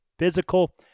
physical